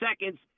seconds